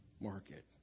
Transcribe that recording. market